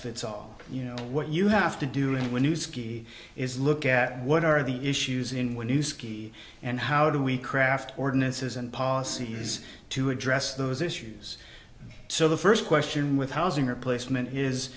fits all you know what you have to do when you ski is look at what are the issues in when you ski and how do we craft ordinances and policies to address those issues so the first question with housing replacement is